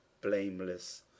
blameless